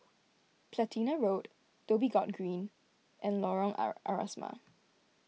Platina Road Dhoby Ghaut Green and Lorong Asrama